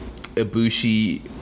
Ibushi